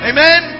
Amen